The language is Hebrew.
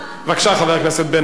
בבקשה, חבר הכנסת בן-ארי.